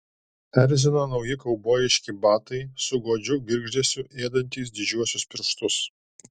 erzino nauji kaubojiški batai su godžiu girgždesiu ėdantys didžiuosius pirštus